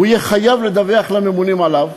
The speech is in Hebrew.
והוא יהיה חייב לדווח לממונים עליו,